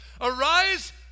arise